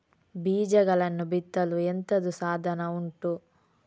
ಬೀಜಗಳನ್ನು ಬಿತ್ತಲು ಎಂತದು ಸಾಧನ ಉಂಟು?